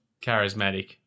charismatic